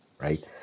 right